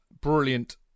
brilliant